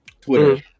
Twitter